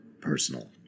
Personal